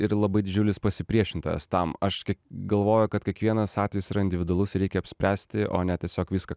ir labai didžiulis pasipriešintojas tam aš galvoju kad kiekvienas atvejis yra individualus ir reikia apspręsti o ne tiesiog viską